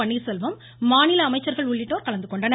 பன்னீர்செல்வம் மாநில அமைச்சர்கள் உள்ளிட்டோர் கலந்து கொண்டனர்